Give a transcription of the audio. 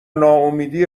ناامیدی